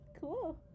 cool